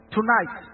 Tonight